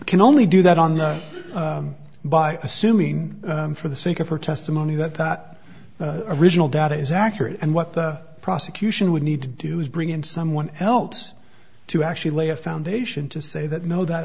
can only do that on the by assuming for the sake of her testimony that that original data is accurate and what the prosecution would need to do is bring in someone else to actually lay a foundation to say that no that